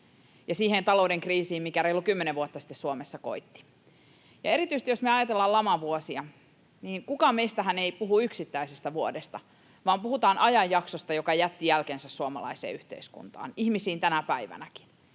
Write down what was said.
ja siihen talouden kriisiin, mikä reilut 10 vuotta sitten Suomessa koitti. Ja erityisesti, jos me ajatellaan lamavuosia, kukaanhan meistä ei puhu yksittäisestä vuodesta, vaan puhutaan ajanjaksosta, joka jätti jälkensä suomalaiseen yhteiskuntaan, ihmisiin tänäkin päivänä.